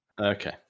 Okay